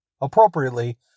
appropriately